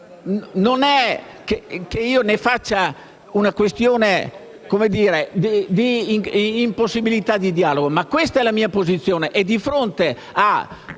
io non ne faccio una questione di impossibilità di dialogo ma questa è la mia posizione.